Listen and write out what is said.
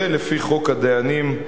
ולפי חוק הדיינים,